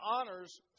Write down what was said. honors